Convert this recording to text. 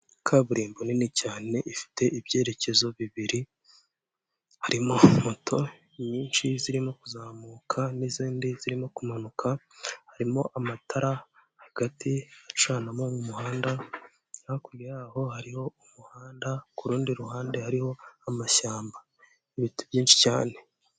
Kaburimbo nini cyane ifite ibyerekezo bibiri, harimo moto nyinshi zirimo kuzamuka n'izindi zirimo kumanuka, harimo amatara hagati acanamo mu muhanda, hakurya yaho hariho umuhanda, ku rundi ruhande hariho amashyamba, ibiti byinshi cyane.